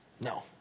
No